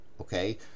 Okay